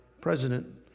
president